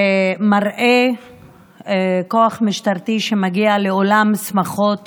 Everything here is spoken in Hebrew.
שמראה כוח משטרתי שמגיע לאולם שמחות